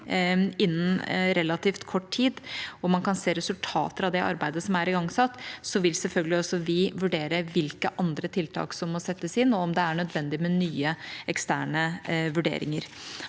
innen relativt kort tid, og dersom man ikke kan se resultater av det arbeidet som er igangsatt, vil selvfølgelig også vi vurdere hvilke andre tiltak som må settes inn, og om det er nødvendig med nye eksterne vurderinger